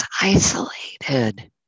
isolated